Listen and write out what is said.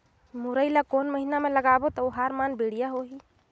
मुरई ला कोन महीना मा लगाबो ता ओहार मान बेडिया होही?